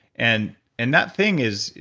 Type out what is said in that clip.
and and that thing is.